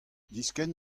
diskenn